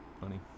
funny